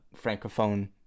Francophone